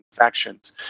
infections